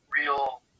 real